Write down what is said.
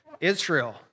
Israel